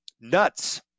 Nuts